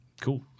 cool